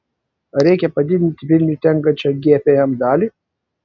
ar reikia padidinti vilniui tenkančią gpm dalį